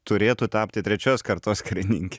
turėtų tapti trečios kartos karininke